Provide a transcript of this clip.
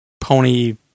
pony